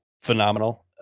Phenomenal